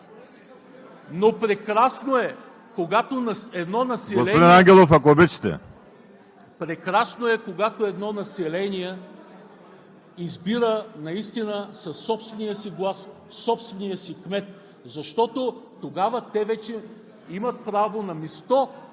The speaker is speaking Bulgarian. Прекрасно е, когато населението избира със собствения си глас собствения си кмет, защото тогава вече имат право на място